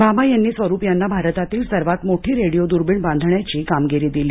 भाभा यांनी स्वरुप यांना भारतातील सर्वात मोठी रेडियो दुर्बीण बांधण्याची कामगिरी दिली